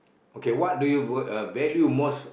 okay what do you vote uh value most